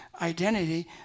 identity